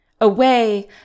Away